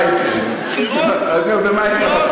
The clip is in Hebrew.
אז מה יקרה,